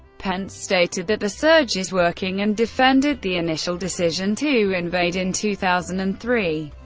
pence stated that the surge is working and defended the initial decision to invade in two thousand and three.